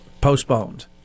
postponed